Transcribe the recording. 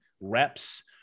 reps